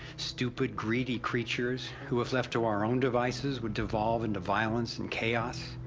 stupid greedy creatures, who, if left of our own devices, would evolve into violence and chaos?